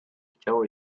chciało